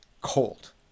cold